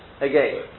again